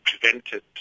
prevented